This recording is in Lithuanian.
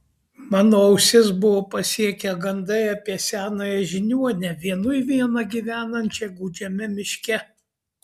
mano ausis buvo pasiekę gandai apie senąją žiniuonę vienui vieną gyvenančią gūdžiame miške